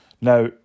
Now